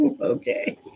okay